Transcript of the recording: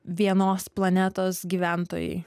vienos planetos gyventojai